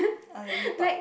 I let you talk